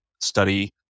study